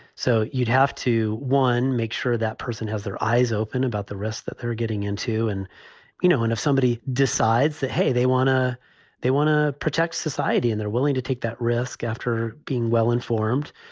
so you'd have to. one make sure that person has their eyes open about the risks that they're getting into. and you know, when if somebody decides that, hey, they want to they want to protect society and they're willing to take that risk after being well informed,